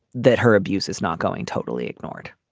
that her abuse is not going totally ignored.